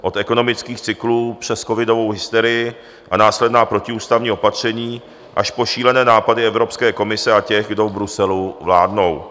Od ekonomických cyklů, přes covidovou hysterii a následná protiústavní opatření, až po šílené nápady Evropské komise a těch, do v Bruselu vládnou.